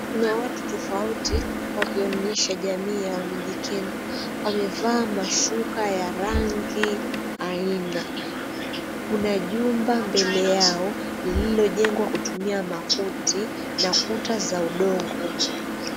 Kuna watu tofauti, wakionyesha jamii ya wamijikenda. Wamevaa mashuka ya rangi aina. Kuna jumba mbele yao, lililojengwa kutumia makuti na kuta za udongo.